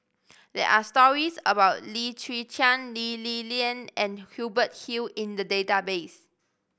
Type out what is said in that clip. there are stories about Lim Chwee Chian Lee Li Lian and Hubert Hill in the database